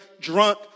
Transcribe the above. drunk